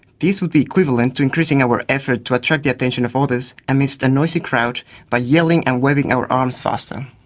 these would be equivalent to increasing our efforts to attract the attention of others amidst a noisy crowd by yelling and waving our arms faster.